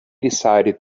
decided